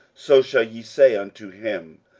so shall ye say unto him,